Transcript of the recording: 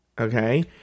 okay